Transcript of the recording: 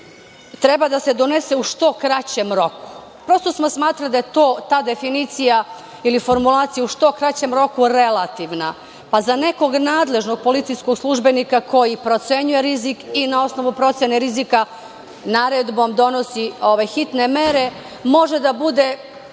treba da se donese u što kraćem roku, prosto smo smatrali da je ta definicija ili formulacija „u što kraćem roku“ relativna, pa za nekog nadležnog policijskog službenika, koji procenjuje rizik i na osnovu procene rizika naredbom donosi ove hitne mere, može da bude